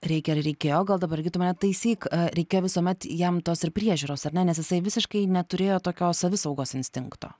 reikia ar reikėjo gal dabar irgi tu mane netaisyk reikia visuomet jam tos ir priežiūros ar ne nes jisai visiškai neturėjo tokio savisaugos instinkto